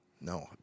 No